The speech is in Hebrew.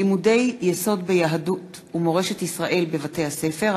לימודי יסוד ביהדות ומורשת ישראל בבתי-הספר),